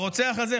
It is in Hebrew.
הרוצח הזה,